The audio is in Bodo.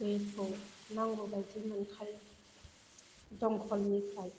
दैखौ नांगौबायदि मोनखायो दमखलनिफ्राय